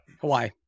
Hawaii